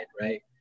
right